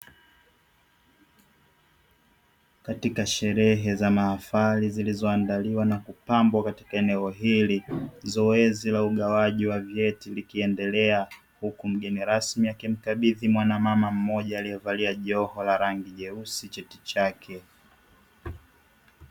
Katika sherehe za mahafali zilizoandaliwa na kupambwa katika eneo hili, zoezi la ugawaji wa vyeti likiendelea, huku mgeni rasmi akimkabidhi mwanamama mmoja aliyevalia joho la rangi nyeusi cheti chake.